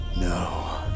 No